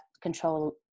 control